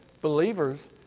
believers